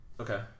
Okay